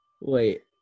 wait